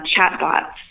chatbots